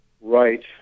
right